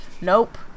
Nope